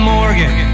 Morgan